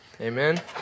Amen